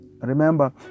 Remember